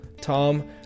Tom